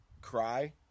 cry